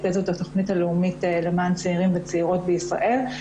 שזאת התכנית הלאומית למען צעירים וצעירות בישראל.